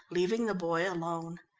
leaving the boy alone.